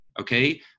okay